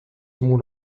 mul